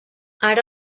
ara